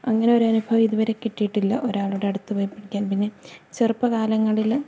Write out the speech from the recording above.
അങ്ങനെ ഒരനുഭവം ഇതുവരെ കിട്ടിയിട്ടില്ല ഒരാളുടെ അടുത്തു പോയി പഠിക്കാൻ പിന്നെ ചെറുപ്പ കാലങ്ങളില്